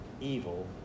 evil